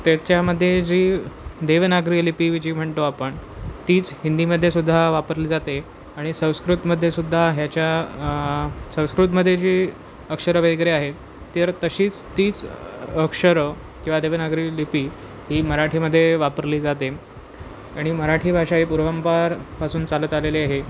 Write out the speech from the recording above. त्याच्यामध्ये जी देवनागरी लिपी जी म्हणतो आपण तीच हिंदीमध्येसुद्धा वापरली जाते आणि संस्कृतमध्येसुद्धा ह्याच्या संस्कृतमध्ये जी अक्षर वगैरे आहेत तर तशीच तीच अक्षरं किंवा देवनागरी लिपी ही मराठीमध्ये वापरली जाते आणि मराठी भाषा ही पूर्वापारपासून चालत आलेली आहे